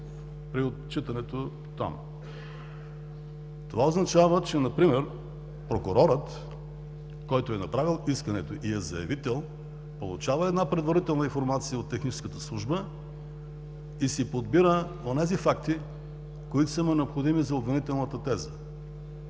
Това означава, че например прокурорът, който е направил искането и е заявител, получава една предварителна информация от техническата служба и си подбира онези факти, които са му необходими за обвинителната теза.